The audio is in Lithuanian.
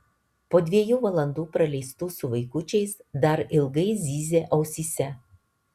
po dviejų valandų praleistų su vaikučiais dar ilgai zyzė ausyse